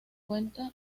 cuenta